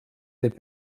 des